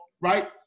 right